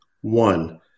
one